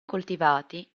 coltivati